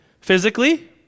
physically